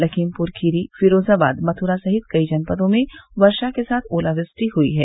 लखीमपुर खीरी फिरोजाबाद मथुरा सहित कई जनपदों में वर्षा के साथ ओलावृष्टि हुई है